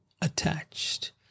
attached